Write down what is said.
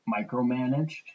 Micromanaged